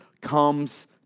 comes